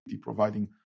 providing